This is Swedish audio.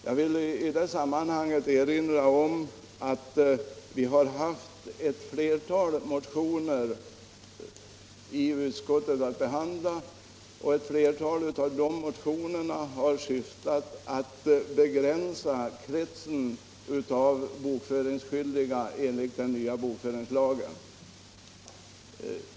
Jag vill i det sammanhanget erinra om att vi har haft ett flertal motioner att behandla i utskottet, och flera av de motionerna har syftat till att begränsa kretsen av bokföringsskyldiga enligt den nya bokföringslagen.